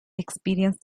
experience